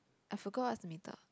I forgot what's the middle